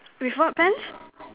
with what pants